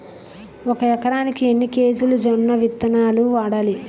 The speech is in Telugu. ఒక ఎకరానికి ఎన్ని కేజీలు జొన్నవిత్తనాలు వాడాలి?